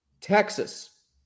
Texas